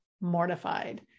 mortified